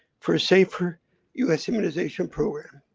for a safer us immunization program.